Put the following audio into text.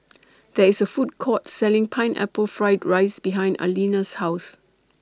There IS A Food Court Selling Pineapple Fried Rice behind Alina's House